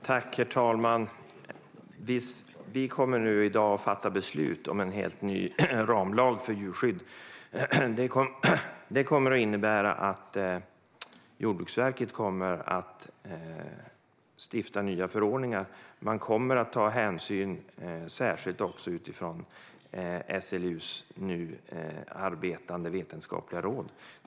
Herr talman! Vi kommer i dag att fatta beslut om en helt ny ramlag för djurskydd. Det innebär att Jordbruksverket kommer att stifta nya förordningar. Man kommer att ta hänsyn särskilt utifrån SLU:s nu arbetande vetenskapliga råd.